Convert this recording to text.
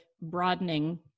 broadening